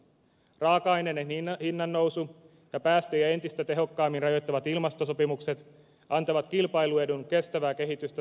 raaka aineiden hinnannousu ja päästöjä entistä tehokkaammin rajoittavat ilmastosopimukset antavat kilpailuedun kestävää kehitystä suosiville yhteiskunnille